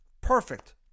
Perfect